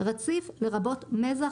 "רציף" לרבות מזח,